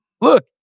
look